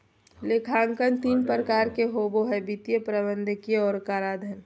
लेखांकन तीन प्रकार के होबो हइ वित्तीय, प्रबंधकीय और कराधान